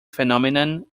phenomenon